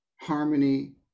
harmony